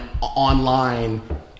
online